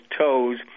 toes